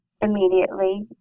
immediately